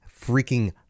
freaking